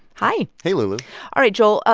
hi hey, lulu all right, joel, ah